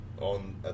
on